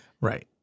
Right